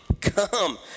come